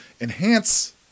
enhance